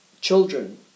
children